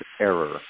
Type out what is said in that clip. error